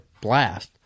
blast